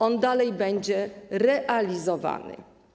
On dalej będzie realizowany.